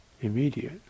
immediate